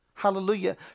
Hallelujah